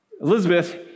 Elizabeth